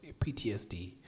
PTSD